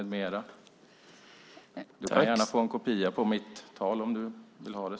Du kan gärna få en kopia på mitt tal om du vill ha det.